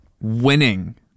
winning